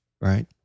right